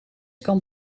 kan